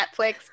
Netflix